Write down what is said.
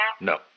No